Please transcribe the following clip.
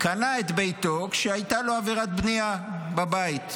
קנה את ביתו כשהייתה לו עבירת בנייה בבית.